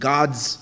God's